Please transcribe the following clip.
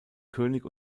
könig